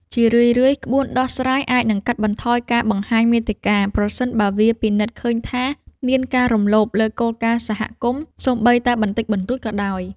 ជារឿយៗ ក្បួនដោះស្រាយអាចនឹងកាត់បន្ថយការបង្ហាញមាតិកា ប្រសិនបើវាពិនិត្យឃើញថាមានការរំលោភលើគោលការណ៍សហគមន៍ សូម្បីតែបន្តិចបន្តួចក៏ដោយ។